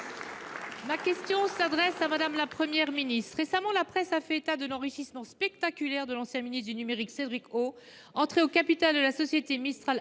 Ma question s’adresse à Mme la Première ministre. Récemment, la presse a fait état de l’enrichissement spectaculaire de l’ancien ministre du numérique Cédric O, entré au capital de la société Mistral AI,